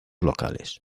locales